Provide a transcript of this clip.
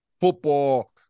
football